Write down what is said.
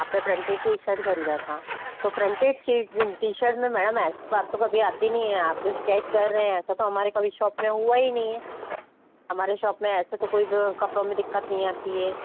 आपने printed T shirt खरीदा था तो प्रिंटेड टी शर्ट में मैडम ऐसी बात तो कभी आती नहीं है आप जो शिक़ायत कर रहे हैं ऐसा तो हमारी शॉप में कभी हुआ ही नहीं है हमारी शॉप में ऐसी तो कोई कपड़ों में दिक्कत नहीं आती है